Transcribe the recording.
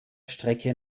strecke